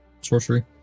Sorcery